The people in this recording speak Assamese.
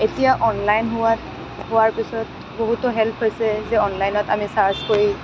এতিয়া অনলাইন হোৱাৰ হোৱাৰ পিছত বহুতো হেল্প হৈছে যে অনলাইনত আমি ছাৰ্চ কৰি